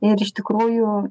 ir iš tikrųjų